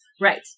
right